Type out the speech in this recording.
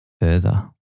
further